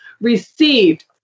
received